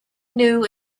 new